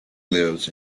lives